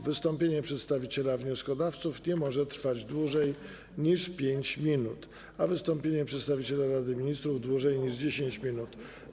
Wystąpienie przedstawiciela wnioskodawców nie może trwać dłużej niż 5 minut, a wystąpienie przedstawiciela Rady Ministrów - dłużej niż 10 minut.